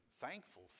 thankful